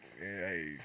hey